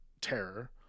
terror